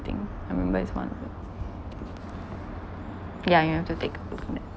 I remember is one of that yeah you have to take